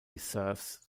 serves